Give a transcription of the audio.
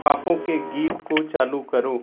पपोन के गीत को चालू करो